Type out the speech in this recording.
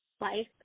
life